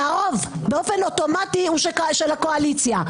שהרוב באופן אוטומטי הוא של הקואליציה?